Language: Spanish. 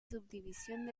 subdivisión